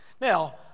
Now